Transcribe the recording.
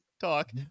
talk